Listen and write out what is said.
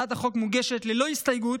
הצעת החוק מוגשת ללא הסתייגויות,